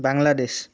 Bangladesh